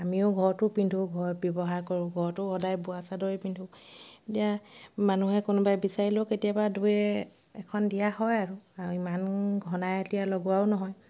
আমিও ঘৰতো পিন্ধো ঘৰত ব্যৱহাৰ কৰোঁ ঘৰতো সদায় বোৱা চাদৰেই পিন্ধো এতিয়া মানুহে কোনোবাই বিচাৰিলেও কেতিয়াবা দুই এখন দিয়া হয় আৰু আ ইমান ঘনাই এতিয়া লগোৱাও নহয়